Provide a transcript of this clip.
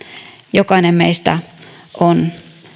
jokainen meistä on